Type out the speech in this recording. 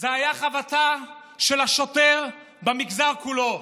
זאת הייתה חבטה של השוטר במגזר כולו.